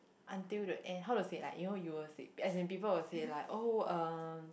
until the end how to say like you know you will say as in people will say like oh um